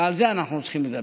ועל זה אנחנו צריכים לדבר.